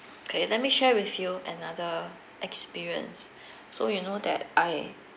okay let me share with you another experience so you know that I